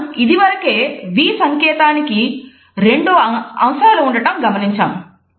మనం ఇదివరకే V సంకేతానికి రెండు అంశాలు ఉండటం గమనించాము